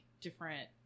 different